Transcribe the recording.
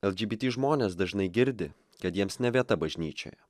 lgbt žmonės dažnai girdi kad jiems ne vieta bažnyčioje